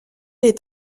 est